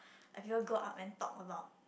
like people go up and talk about